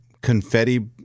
confetti